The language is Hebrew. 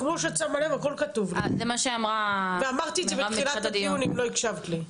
כמו שאת שמה לב הכול כתוב לי ואמרתי את זה בתחילת הדיון אם לא הקשבת לי.